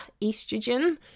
estrogen